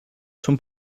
són